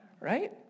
Right